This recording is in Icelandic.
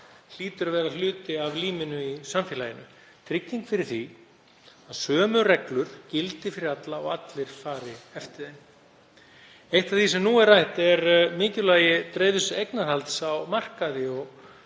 hlýtur að vera hluti af líminu í samfélaginu, trygging fyrir því að sömu reglur gildi fyrir alla og að allir fari eftir þeim. Eitt af því sem nú er rætt er mikilvægi dreifðs eignarhalds á markaði og